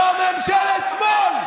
זו ממשלת שמאל.